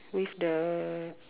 with the